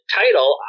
title